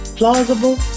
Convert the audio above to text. plausible